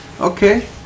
Okay